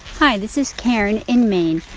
hi. this is karen in maine,